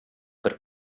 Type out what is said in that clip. per